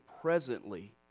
presently